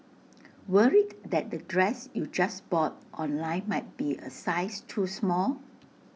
worried that the dress you just bought online might be A size too small